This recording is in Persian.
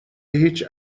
هیچ